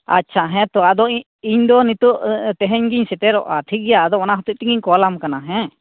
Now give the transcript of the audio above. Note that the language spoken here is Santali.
ᱟᱪᱪᱷᱟ ᱦᱮᱸ ᱛᱚ ᱟᱫᱚ ᱤᱧ ᱤᱧᱫᱚ ᱱᱤᱛᱚᱜ ᱛᱮᱦᱮᱧ ᱜᱮᱧ ᱥᱮᱴᱮᱨᱚᱜᱼᱟ ᱴᱷᱤᱠ ᱜᱮᱭᱟ ᱟᱫᱚ ᱚᱱᱟ ᱦᱚᱛᱮᱫ ᱛᱮᱜᱮᱧ ᱠᱚᱞᱟᱢ ᱠᱟᱱᱟ ᱦᱮᱸ